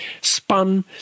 spun